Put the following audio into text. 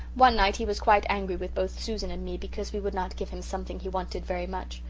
one night he was quite angry with both susan and me because we would not give him something he wanted very much.